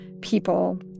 people